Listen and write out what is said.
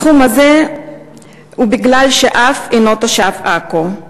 הסכום הזה הוא בגלל שהאב אינו תושב עכו.